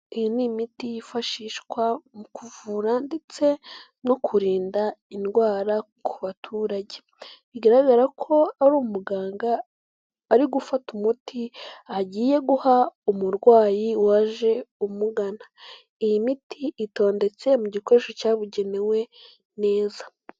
Iyo ni imiti yifashishwa mu kuvura ndetse no kurinda indwara ku baturage, bigaragara ko ari umuganga, ari gufata umuti agiye guha umurwayi waje umugana, iyi miti itondetse mu gikoresho cyabugenewe neza.